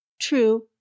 True